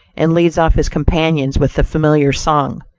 and leads off his companions with the familiar song,